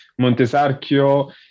Montesarchio